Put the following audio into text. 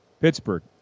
Pittsburgh